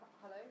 Hello